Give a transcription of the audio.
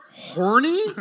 Horny